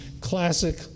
Classic